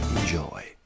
Enjoy